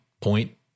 point